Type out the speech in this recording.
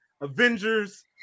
Avengers